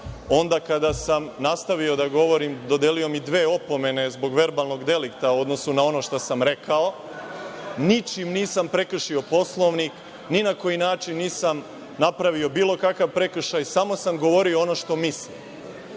onda kada sam nastavio da govorim, dodelio mi dve opomene zbog verbalnog delikta u odnosu na ono šta sam rekao. Ničim nisam prekršio Poslovnik, ni na koji način nisam napravio bilo kakav prekršaj, samo sam govorio ono što mislim. Ako